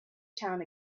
town